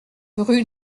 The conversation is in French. rue